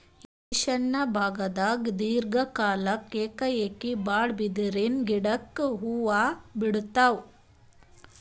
ಈಶಾನ್ಯ ಭಾರತ್ದಾಗ್ ದೀರ್ಘ ಕಾಲ್ಕ್ ಏಕಾಏಕಿ ಭಾಳ್ ಬಿದಿರಿನ್ ಗಿಡಕ್ ಹೂವಾ ಬಿಡ್ತಾವ್